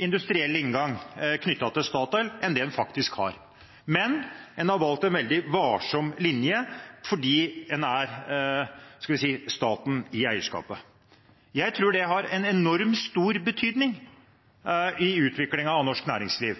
industriell inngang knyttet til Statoil enn det en faktisk har, men en har valgt en veldig varsom linje fordi en er staten i eierskapet. Jeg tror det har en enormt stor betydning i utviklingen av norsk næringsliv,